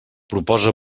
proposa